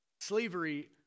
Slavery